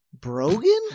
brogan